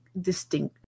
distinct